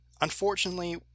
unfortunately